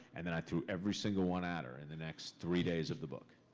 and then i threw every single one at her in the next three days of the book.